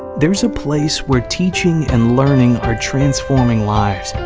there's a place where teaching and learning are transforming lives.